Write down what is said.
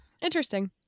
Interesting